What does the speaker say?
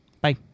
Bye